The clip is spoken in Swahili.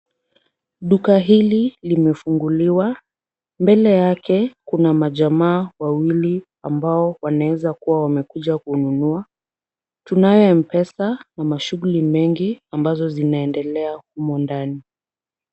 Duka hili limefunguliwa, mbele yake kuna majamaa wawili ambao wanaweza kuwa wamekuja kununua. Tunayo M-Pesa na mashuguli mengi ambazo zinaendelea humo ndani.